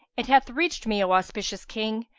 it hath reached me, o auspicious king,